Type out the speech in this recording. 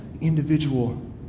individual